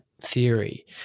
theory